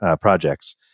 projects